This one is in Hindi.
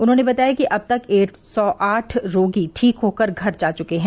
उन्होंने बताया कि अब तक एक सौ आठ रोगी ठीक हो कर घर जा चुके हैं